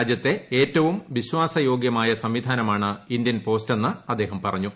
രാജ്യത്തെ ഏറ്റവും വിശ്വാസയോഗ്യമായ സംവിധാനമാണ് ഇന്ത്യൻ പോസ്റ്റെന്ന് അദ്ദേഹം പറഞ്ഞു